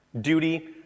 duty